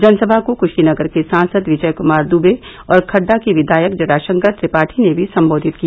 जनसमा को क्शीनगर के सांसद विजय कुमार दुबे और खड्डा के विधायक जटाशंकर त्रिपाठी ने भी संबोधित किया